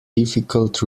difficult